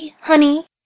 honey